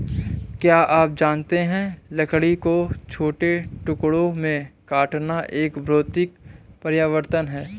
क्या आप जानते है लकड़ी को छोटे टुकड़ों में काटना एक भौतिक परिवर्तन है?